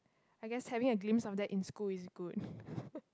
I guess having a glimpse of that in school is good